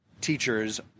teachers